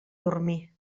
dormir